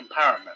empowerment